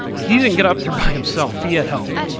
he didn't get up there by himself. he had help.